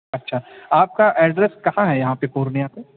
اچھا آپ کا ایڈریس کہاں ہے یہاں پہ پورنیا پہ